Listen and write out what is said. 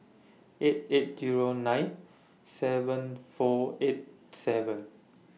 eight eight Zero nine seven four eight seven